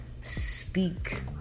speak